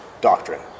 doctrine